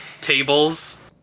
tables